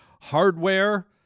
hardware